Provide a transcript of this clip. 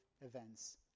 events